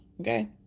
Okay